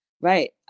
right